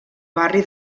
barri